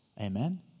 Amen